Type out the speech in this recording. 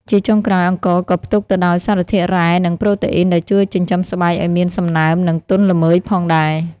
ជាចុងក្រោយ អង្ករក៏ផ្ទុកទៅដោយសារធាតុរ៉ែ និងប្រូតេអ៊ីនដែលជួយចិញ្ចឹមស្បែកឱ្យមានសំណើម និងទន់ល្មើយផងដែរ។